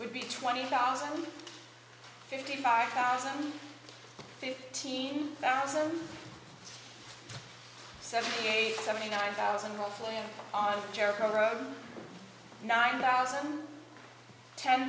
would be twenty thousand fifty five thousand fifteen thousand seventy eight seventy nine thousand roughly on jericho road nine thousand ten